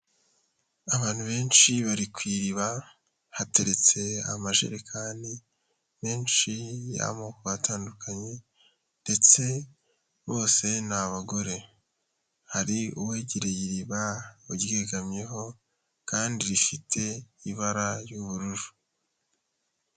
Abantu benshi bari ku iriba hateretse amajerekani menshi y'amoko atandukanye ndetse bose n'abagore, hari uwegereye iriba uryegamyeho kandi rifite ibara ry'ubururu..